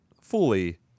fully